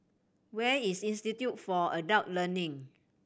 where is Institute for Adult Learning